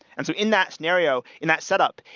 and so in that scenario, in that setup,